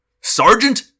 Sergeant